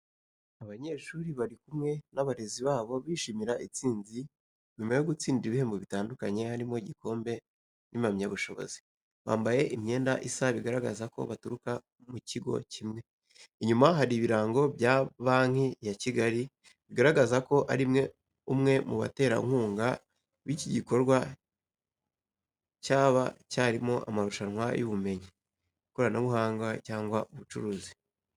Abanyeshuri bari kumwe n’abarezi babo bishimira intsinzi nyuma yo gutsindira ibihembo bitandukanye, harimo igikombe n'impamyabushobozi. Bambaye imyenda isa, bigaragaza ko baturuka mu kigo kimwe. Inyuma hari ibirango bya Banki ya Kigali, bigaragaza ko ari umwe mu baterankunga b’iki gikorwa cyaba cyarimo amarushanwa y’ubumenyi, ikoranabuhanga cyangwa ubucuruzi.